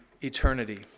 eternity